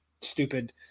Stupid